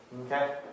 Okay